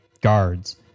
guards